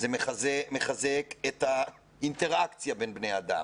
זה מחזק את האינטרקציה בין בני אדם,